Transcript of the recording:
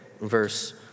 verse